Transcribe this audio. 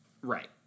Right